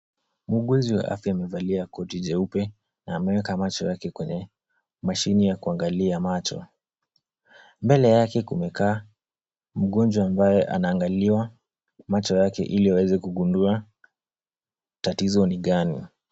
Muuguzi wa afya amevalia koti jeupe na ameweka macho yake kwenye mashini ya kuangalia macho. Mbele yake kumekaa mgonjwa ambaye anaangaliwa macho yake ili waweze kugundua tatizo ni gani.